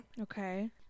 Okay